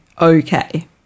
okay